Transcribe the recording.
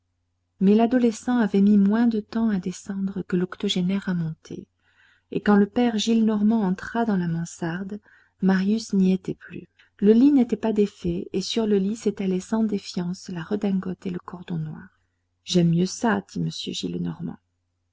mais l'adolescent avait mis moins de temps à descendre que l'octogénaire à monter et quand le père gillenormand entra dans la mansarde marius n'y était plus le lit n'était pas défait et sur le lit s'étalaient sans défiance la redingote et le cordon noir j'aime mieux ça dit